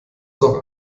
doch